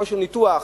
לכושר ניתוח,